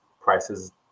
prices